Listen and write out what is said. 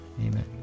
Amen